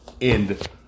end